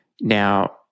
Now